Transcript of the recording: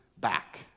back